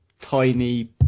tiny